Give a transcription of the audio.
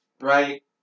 right